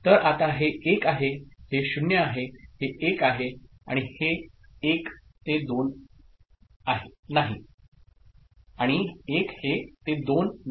तर आता हे 1 आहे हे 0 आहे हे 1 आहे आणि 1 हे ते 2 नाही